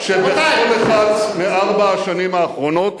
שבכל אחת מארבע השנים האחרונות